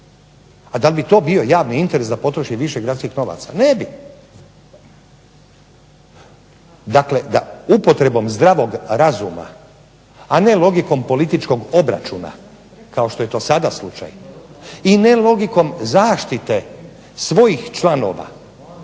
a da li bi to bio javni interes da potroši više gradskih novaca? Ne bi. Dakle da upotrebom zdravog razuma, a ne logikom političkog obračuna kao što je to sada slučaj, i ne logikom zaštite svojih članova